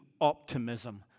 optimism